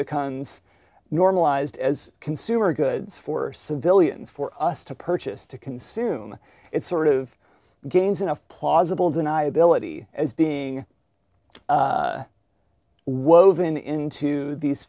becomes normalized as consumer goods for civilians for us to purchase to consume it sort of gains enough plausible deniability as being woven into these